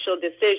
decision